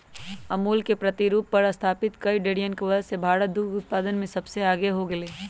अमूल के प्रतिरूप पर स्तापित कई डेरियन के वजह से भारत दुग्ध उत्पादन में सबसे आगे हो गयलय